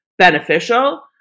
Beneficial